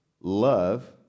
love